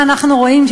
מה אנחנו רואים?